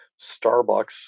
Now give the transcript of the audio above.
Starbucks